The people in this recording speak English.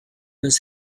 his